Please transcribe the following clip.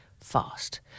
fast